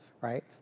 right